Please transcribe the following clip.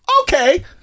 Okay